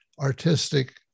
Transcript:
artistic